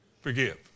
Forgive